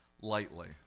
lightly